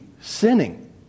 sinning